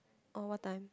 or what time